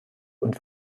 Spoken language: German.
und